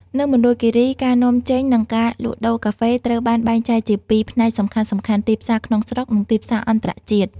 នៅមណ្ឌលគិរី ការនាំចេញ និងការលក់ដូរកាហ្វេត្រូវបានបែងចែកជាពីរផ្នែកសំខាន់ៗ ទីផ្សារក្នុងស្រុក និងទីផ្សារអន្តរជាតិ។